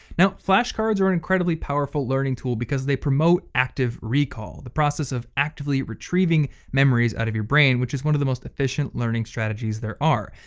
now, flashcards are an incredibly powerful learning tool because they promote active recall, the process of actively retrieving memories out of your brain, which is one of the most efficient learning strategies there are.